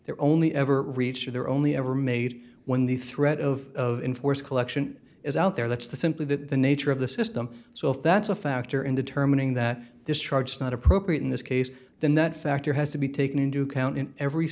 they're only ever reach or they're only ever made when the threat of inforce collection is out there that's the simply that the nature of the system so if that's a factor in determining that discharge not appropriate in this case then that factor has to be taken into account in every